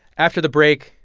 after the break,